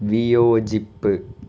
വിയോജിപ്പ്